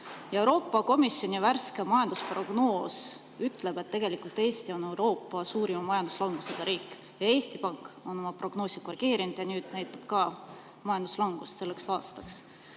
Euroopa Komisjoni värske majandusprognoos ütleb, et tegelikult Eesti on Euroopa suurima majanduslangusega riik. Eesti Pank on oma prognoosi korrigeerinud ja see näitab nüüd samuti majanduslangust selleks aastaks.